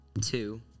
two